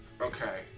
Okay